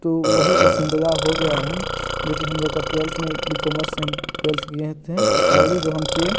तो वही पसंदीदा हो गया है जो कि हम लोग का ट्वेल्थ में एक भी कॉमर्स से हम ट्वेल्थ किए थे बारवीं जो हम किए